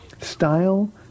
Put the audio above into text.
style